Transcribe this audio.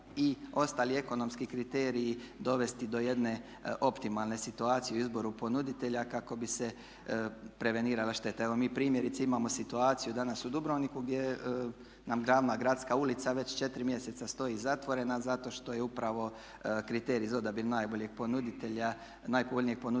i ostali ekonomski kriteriji dovesti do jedne optimalne situacije u izboru ponuditelja kako bi se prevenirala šteta. Evo mi primjerice imamo situaciju danas u Dubrovniku gdje nam glavna gradska ulica već 4 mjeseca stoji zatvorena zato što je upravo kriterij za odabir najboljeg, najpovoljnijeg ponuditelja